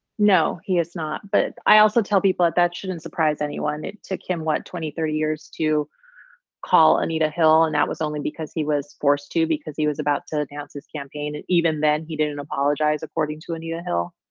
no, he has not. but i also tell people that that shouldn't surprise anyone. it took him, what, twenty, thirty years to call anita hill. and that was only because he was forced to because he was about to announce his campaign. and even then, he didn't apologize, according to anita hill.